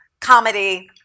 comedy